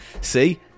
See